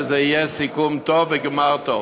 שזה יהיה סיכום טוב וגמר טוב.